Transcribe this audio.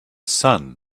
sun